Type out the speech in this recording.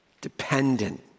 dependent